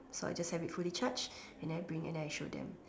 so I just have it fully charged and then bring it then I show them